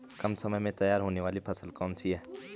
कम समय में तैयार होने वाली फसल कौन सी है?